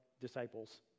disciples